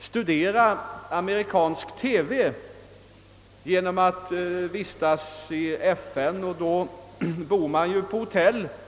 studera amerikansk TV; jag har bott på hotell och haft TV på rummet.